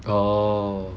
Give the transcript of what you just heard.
orh